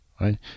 Right